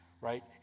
right